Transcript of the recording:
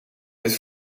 dit